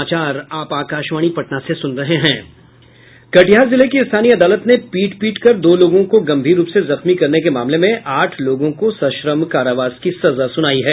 कटिहार जिले की स्थानीय अदालत ने पीट पीट कर दो लोगों को गंभीर रूप से जख्मी करने के मामले में आठ लोगों को सश्रम कारावास की सजा सुनायी है